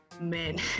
men